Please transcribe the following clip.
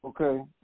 Okay